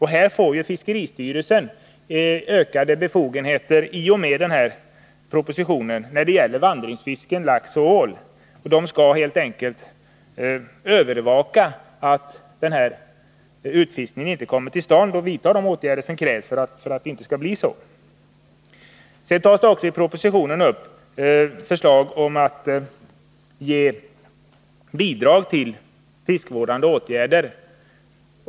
Här får fiskeristyrelsen ökade befogenheter enligt propositionen när det gäller vandringsfisken lax och ål. Man skall helt enkelt övervaka att utfiskning inte sker och vidta åtgärder. I propositionen läggs också fram förslag om bidrag till fiskevårdande åtgärder.